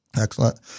Excellent